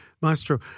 Maestro